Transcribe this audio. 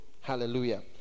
Hallelujah